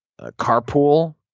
carpool